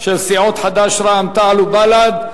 היית נוסע לאו"ם.